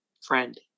friend